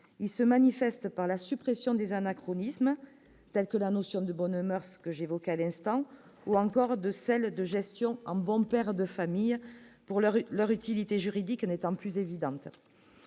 il se manifeste par la suppression des anachronismes tels que la notion de bonnes moeurs que j'évoquais à l'instant, ou encore de celle de gestion en bon père de famille, pour l'heure, leur utilité juridique n'étant plus évidente